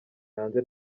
hanze